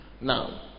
Now